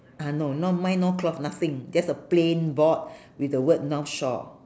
ah no no mine no cloth nothing just a plain board with a word north shore